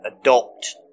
adopt